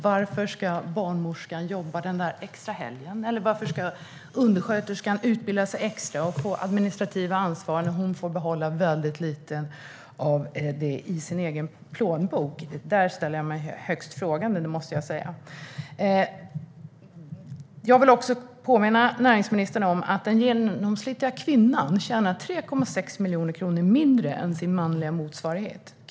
Varför ska då barnmorskan jobba den där extra helgen? Varför ska undersköterskan utbilda sig extra och få administrativt ansvar när hon får behålla en väldigt liten del av den inkomstökningen i sin egen plånbok? Där ställer jag mig högst frågande, måste jag säga. Jag vill också påminna näringsministern om att den genomsnittliga kvinnan tjänar 3,6 miljoner kronor mindre än sin manliga motsvarighet under ett yrkesliv.